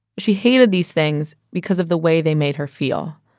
she hated these things because of the way they made her feel.